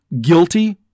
guilty